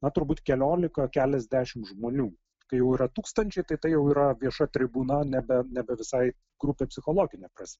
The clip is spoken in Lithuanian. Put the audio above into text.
na turbūt keliolika keliasdešimt žmonių kai jau yra tūkstančių tai tai jau yra vieša tribūna nebe visai grupei psichologine prasme